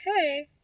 Okay